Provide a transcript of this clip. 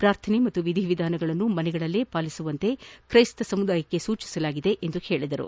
ಪಾರ್ಥನೆ ಮತ್ತು ವಿಧಿವಿಧಾನಗಳನ್ನು ಮನೆಯಲ್ಲಿಯೇ ಪಾಲಿಸುವಂತೆ ತ್ರೈಸ್ತ ಸಮುದಾಯಕ್ಕೆ ಸೂಚಿಸಲಾಗಿದೆ ಎಂದು ಹೇಳಿದರು